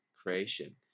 creation